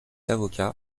avocat